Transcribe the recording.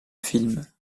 film